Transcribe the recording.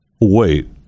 wait